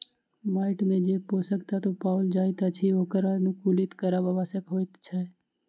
माइट मे जे पोषक तत्व पाओल जाइत अछि ओकरा अनुकुलित करब आवश्यक होइत अछि